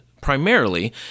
Primarily